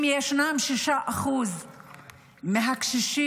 אם ישנם 6% מהקשישים,